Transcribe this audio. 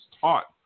taught